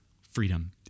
freedom